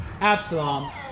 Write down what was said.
Absalom